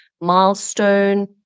milestone